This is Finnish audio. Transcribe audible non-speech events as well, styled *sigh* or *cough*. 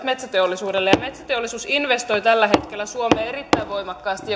*unintelligible* metsäteollisuudelle ja metsäteollisuus investoi tällä hetkellä suomeen erittäin voimakkaasti *unintelligible*